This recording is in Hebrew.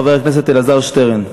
חבר הכנסת אלעזר שטרן.